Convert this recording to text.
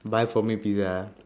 buy for me pizza hut